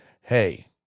hey